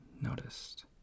noticed